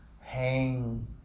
hang